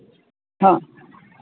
ᱦᱮᱸ